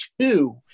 two